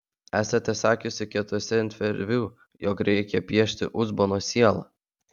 esate sakiusi kituose interviu jog reikia piešti uzbono sielą